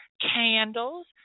candles